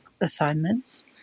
assignments